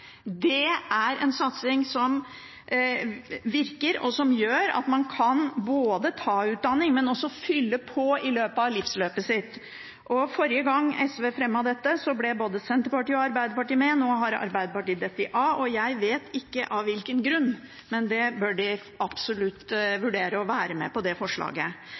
Det er en satsing som virker, og som gjør at man kan både ta utdanning og også fylle på med utdanning i løpet av livsløpet sitt. Forrige gang SV fremmet dette, ble både Senterpartiet og Arbeiderpartiet med. Nå har Arbeiderpartiet falt av, og jeg vet ikke av hvilken grunn, men de bør absolutt vurdere å være med på det forslaget.